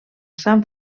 sant